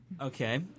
Okay